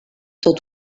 tot